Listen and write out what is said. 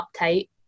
uptight